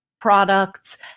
products